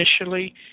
initially